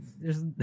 theres